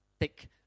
take